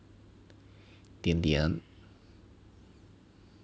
in the end